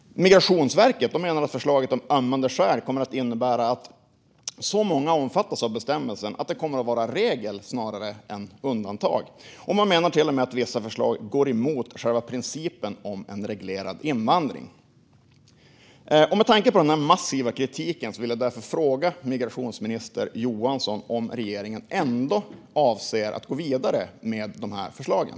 Migrationsverket menar att förslaget om ömmande skäl kommer att innebära att så många omfattas av bestämmelsen att det kommer att vara regel snarare än undantag. Man menar till och med att vissa förslag går emot själva principen om en reglerad invandring. Med tanke på denna massiva kritik vill jag fråga migrationsminister Johansson om regeringen ändå avser att gå vidare med de här förslagen.